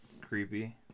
creepy